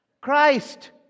Christ